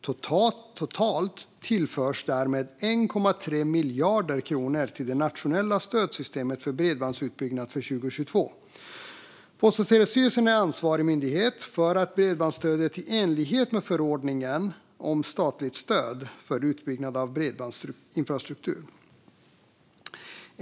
Totalt tillförs därmed 1,3 miljarder kronor till det nationella stödsystemet för bredbandsutbyggnad för 2022. PTS är ansvarig myndighet för detta bredbandsstöd i enlighet med förordningen om statligt stöd för utbyggnad av bredbandsinfrastruktur.